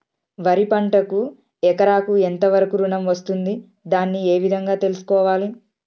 వరి పంటకు ఎకరాకు ఎంత వరకు ఋణం వస్తుంది దాన్ని ఏ విధంగా తెలుసుకోవాలి?